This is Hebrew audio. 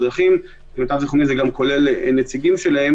בדבר כזה כמו טיפול רפואי,